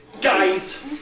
guys